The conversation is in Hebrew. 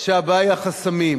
שהבעיה היא החסמים.